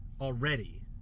already